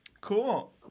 Cool